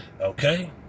Okay